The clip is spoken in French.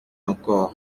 encore